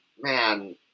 man